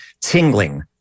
tingling